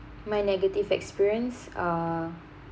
my negative experience uh